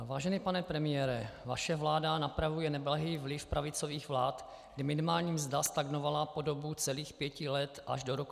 Vážený pane premiére, vaše vláda napravuje neblahý vliv pravicových vlád, kdy minimální mzda stagnovala po dobu celých pěti let až do roku 2013.